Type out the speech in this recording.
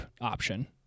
option